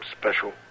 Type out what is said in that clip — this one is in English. special